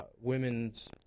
women's